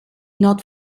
not